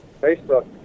Facebook